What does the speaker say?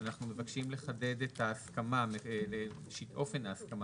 אנחנו מבקשים לחדד את אופן ההסכמה.